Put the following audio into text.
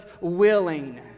willing